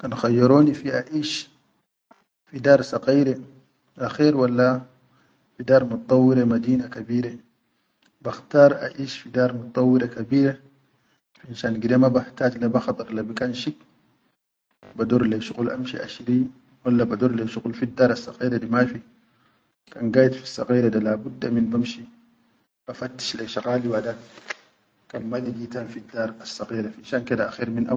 Kan khayyaroni fi aʼish fi dar sakayre akher walla fi dar mi dau wila madina kabire bakhtar aʼish fi dar midauwila kabire finshan gide mabakhtat le bikan shik bador le yi shuqul amshi ashiri walla bador shuqul fi dar asakayre mafi kan gaid fi sakayre labut da min banshi ba fattish le yi shaqali wadat kan ma ligita fi dar assakayre finshan.